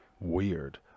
weird